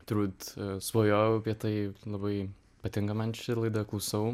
turbūt svajojau apie tai labai patinka man ši laida klausau